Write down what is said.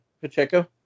Pacheco